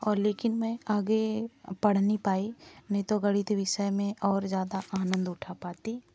और लेकिन मैं आगे पढ़ नहीं पाई नहीं तो गणित विषय में और ज़्यादा आनंद उठा पाती